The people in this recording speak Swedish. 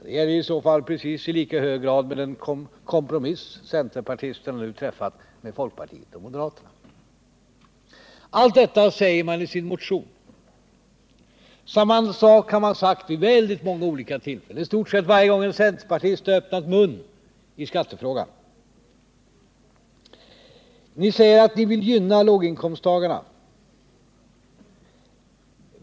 Det gäller i så fall i precis lika hög grad den kompromiss som centerpartisterna nu har träffat med folkpartister och moderater. Allt detta säger centerpartiet i sin motion. Samma sak har man sagt vid väldigt många olika tillfällen, i stort sett varje gång en centerpartist har öppnat mun i skattefrågan. Ni säger att ni vill gynna låginkomsttagarna.